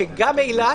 שגם אילת,